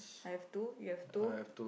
I've two you have two